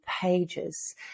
pages